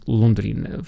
londrina